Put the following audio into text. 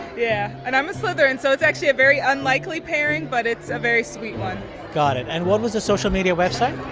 yeah. and i'm a slytherin, so it's actually a very unlikely pairing, but it's a very sweet one got it. and what was the social media website?